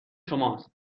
شماست